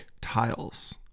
tiles